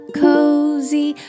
cozy